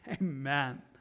Amen